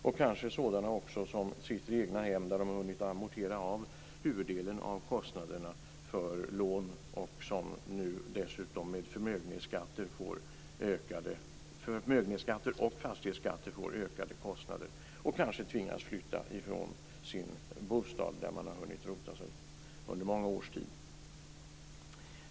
Det gäller också dem som sitter i egna hem, som har hunnit amortera huvuddelen av lånen. Nu får de ökade kostnader med höjda förmögenhetsskatter och fastighetsskatter och tvingas kanske flytta från sin bostad, där de har hunnit rota sig under många års tid.